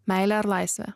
meilė ar laisvė